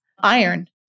iron